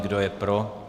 Kdo je pro?